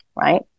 right